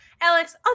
Alex